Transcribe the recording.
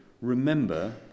remember